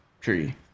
tree